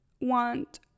want